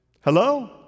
Hello